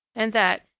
and that,